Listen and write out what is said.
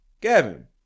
Gavin